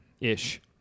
Ish